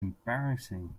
embarrassing